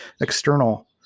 external